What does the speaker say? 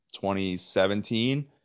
2017